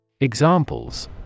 Examples